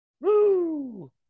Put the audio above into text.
Woo